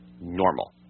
normal